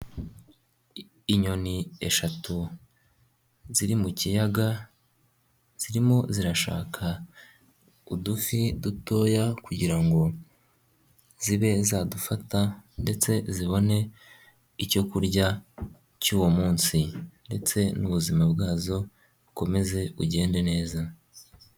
Inyoni eshatu ziri mu kiyaga zirimo zirashaka udufi dutoya kugira ngo zibe zadufata ndetse zibone icyo kurya cy'uwo munsi ndetse n'ubuzima bwazo bukomeze bugende neza.